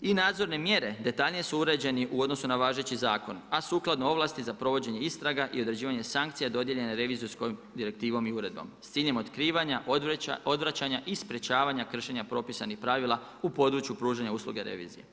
i nadzorne mjere detaljnije su uređeni u odnosu na važeći zakon, a sukladno ovlasti za provođenje istraga i određivanja sankcija dodijeljene revizorskom direktivom i uredbom s ciljem otkrivanja, odvraćanja i sprječavanja kršenja propisanih pravila u području pružanja usluge revizije.